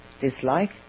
dislike